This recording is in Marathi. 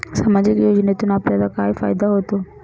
सामाजिक योजनेतून आपल्याला काय फायदा होतो?